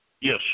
Yes